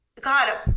God